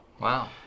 Wow